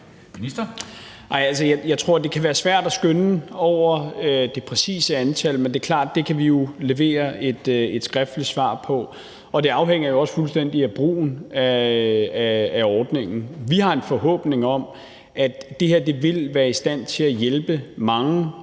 Jeg tror, at det kan være svært at skønne over det præcise antal, men det er klart, at vi jo kan levere et skriftligt svar på det. Og det afhænger jo også fuldstændig af brugen af ordningen. Vi har en forhåbning om, at det her vil være i stand til at hjælpe mange